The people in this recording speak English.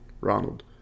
Ronald